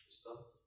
Stop